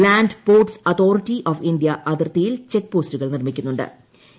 land ports authority of India അതിർത്തിയിൽ check പോസ്റ്റുകൾ നിർമ്മിക്കുന്നു ്